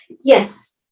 Yes